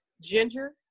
Ginger